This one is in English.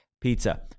pizza